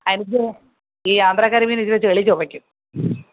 അതിൻ്റെ ഈ ആന്ധ്രാ കരിമീൻ ചെളി ചുവയ്ക്കും